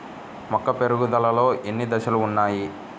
మొక్క పెరుగుదలలో ఎన్ని దశలు వున్నాయి?